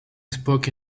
spoke